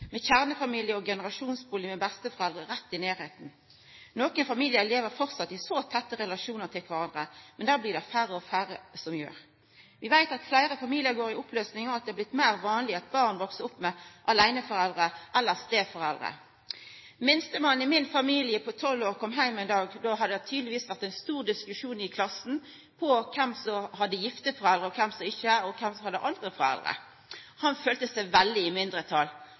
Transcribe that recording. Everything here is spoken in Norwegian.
med kjernefamilie og generasjonsbustad med besteforeldre rett i nærleiken. Nokre familiar lever framleis i så tette relasjonar til kvarandre, men det blir det færre og færre som gjer. Vi veit at fleire familiar går i oppløysing, og at det er blitt meir vanleg at barn veks opp med aleineforeldre eller steforeldre. Minstemann på tolv år i min familie kom heim ein dag. Då hadde det tydelegvis vore ein stor diskusjon i klassa om kven som hadde gifte foreldre, om kven som ikkje hadde det, og kven som hadde andre foreldre. Han følte seg veldig i